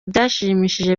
byashimishije